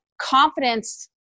confidence